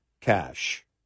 cash